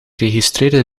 registreerde